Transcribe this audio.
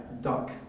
duck